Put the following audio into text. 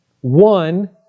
one